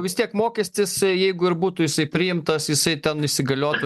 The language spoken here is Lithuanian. vis tiek mokestis jeigu ir būtų jisai priimtas jisai ten įsigaliotų